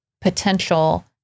potential